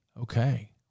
Okay